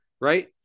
right